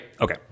Okay